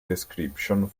description